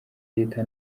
leta